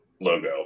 Logo